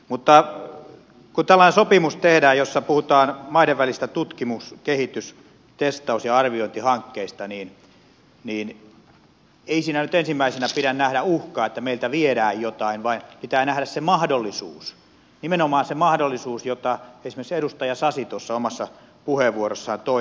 mutta kun tällainen sopimus tehdään jossa puhutaan maiden välisestä tutkimus kehitys testaus ja arviointihankkeista niin ei siinä nyt ensimmäisenä pidä nähdä uhkaa että meiltä viedään jotain vaan pitää nähdä se mahdollisuus nimenomaan se mahdollisuus jota esimerkiksi edustaja sasi tuossa omassa puheenvuorossaan toi esiin